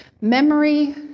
Memory